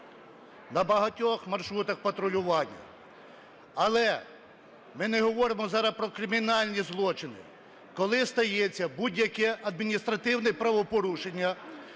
на багатьох маршрутах патрулювання. Але ми не говоримо зараз про кримінальні злочини. Коли стається будь-яке адміністративне правопорушення